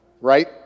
right